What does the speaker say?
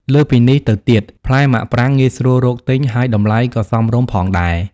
លើសពីនេះទៅទៀត ផ្លែមាក់ប្រាងងាយស្រួលរកទិញ ហើយតម្លៃក៏សមរម្យផងដែរ។